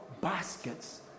baskets